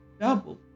double